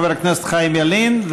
חבר הכנסת חיים ילין,